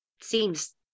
seems